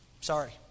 sorry